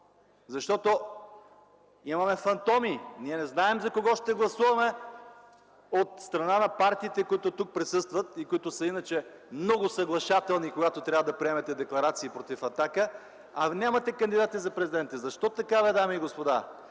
Защото имаме фантоми – ние не знаем за кого ще гласуваме от страна на партиите, които присъстват тук и които са иначе много съглашателни, когато трябва да приемат декларации против „Атака”, а нямат кандидати за президенти! Защо така, бе дами и господа